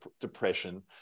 depression